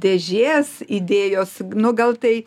dėžės idėjos nu gal tai